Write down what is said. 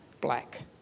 black